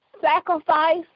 sacrifice